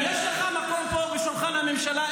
יש לך מקום פה בשולחן הממשלה.